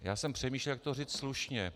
Já jsem přemýšlel, jak to říct slušně.